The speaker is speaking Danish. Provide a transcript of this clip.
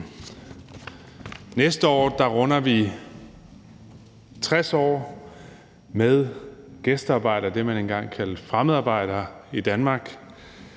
Næste år runder vi 60 år med gæstearbejdere, altså det, man engang kaldte fremmedarbejdere, i Danmark.